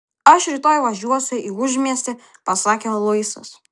aš rytoj važiuosiu į užmiestį pasakė luisas